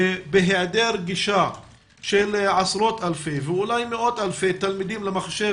ובהיעדר גישה של עשרות אלפי ואולי מאות אלפי תלמידים למחשב,